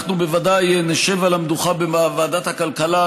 אנחנו בוודאי נשב על המדוכה בוועדת הכלכלה,